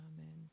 Amen